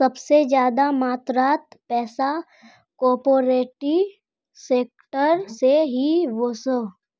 सबसे ज्यादा मात्रात पैसा कॉर्पोरेट सेक्टर से ही वोसोह